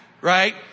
right